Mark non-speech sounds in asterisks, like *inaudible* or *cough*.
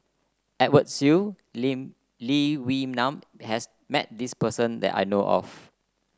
Edwin Siew *unintelligible* Lee Wee Nam has met this person that I know of